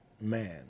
man